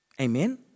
Amen